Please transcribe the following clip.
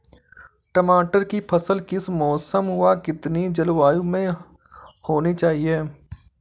टमाटर की फसल किस मौसम व कितनी जलवायु में होनी चाहिए?